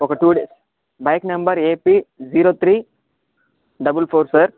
ఒక two day bike number AP zero three double four sir